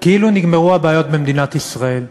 כאילו נגמרו הבעיות במדינת ישראל.